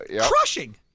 Crushing